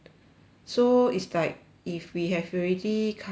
so it's like if we have already covered